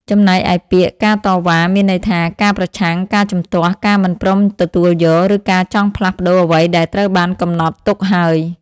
ចំំណែកឯពាក្យ ការតវ៉ា មានន័យថា ការប្រឆាំង ការជំទាស់ ការមិនព្រមទទួលយក ឬការចង់ផ្លាស់ប្តូរអ្វីដែលត្រូវបានកំណត់ទុកហើយ។